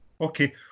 Okay